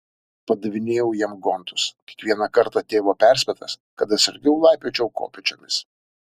padavinėjau jam gontus kiekvieną kartą tėvo perspėtas kad atsargiau laipiočiau kopėčiomis